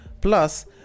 Plus